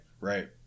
right